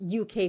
UK